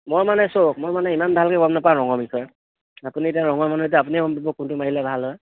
মই মানে চাওক মই মানে ইমান ভালকৈ গম নাপাওঁ ৰঙৰ বিষয়ে আপুনি এতিয়া ৰঙৰ মানুহ এতিয়া আপুনিহে গম পাব কোনটো মাৰিলে ভাল হয়